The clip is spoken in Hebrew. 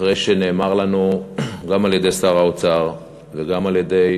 אחרי שנאמר לנו גם על-ידי שר האוצר, וגם על-ידי